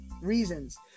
reasons